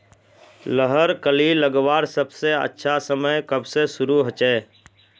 लहर कली लगवार सबसे अच्छा समय कब से शुरू होचए?